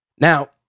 Now